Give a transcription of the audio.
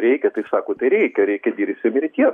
reikia tai sakot tai reikia reikia dirbsim ir tiek